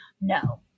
No